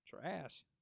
Trash